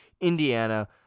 Indiana